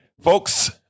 folks